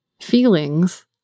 feelings